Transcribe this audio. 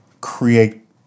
create